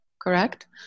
Correct